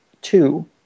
two